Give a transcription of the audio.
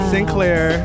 Sinclair